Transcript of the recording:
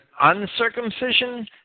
uncircumcision